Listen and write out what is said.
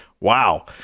Wow